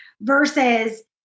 versus